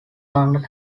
london